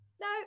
no